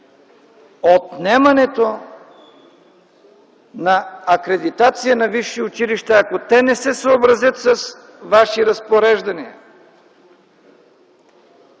отнемането на акредитация на висши училища, ако те не се съобразят с Ваши разпореждания?